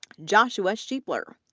joshua shepler,